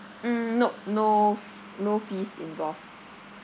mm nope no f~ no fees involved